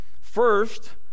first